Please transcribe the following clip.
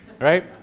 right